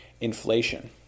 inflation